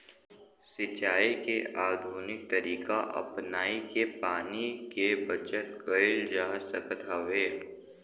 सिंचाई के आधुनिक तरीका अपनाई के पानी के बचत कईल जा सकत हवे